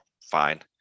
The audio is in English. fine